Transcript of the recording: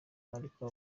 ariko